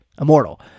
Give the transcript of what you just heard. immortal